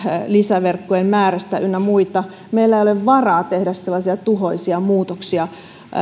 lisäverkkojen määrästä ynnä muita meillä ei ole varaa tehdä sellaisia tuhoisia muutoksia